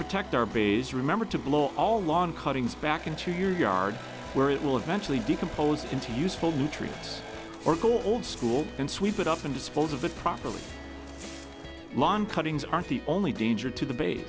protect our bays remember to blow all lawn cuttings back into your yard where it will eventually decompose into useful nutrients or go old school and sweep it up and dispose of it properly lawn cuttings aren't the only danger to the ba